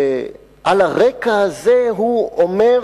ועל הרקע הזה הוא אומר: